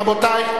רבותי,